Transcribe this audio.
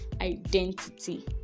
identity